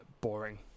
boring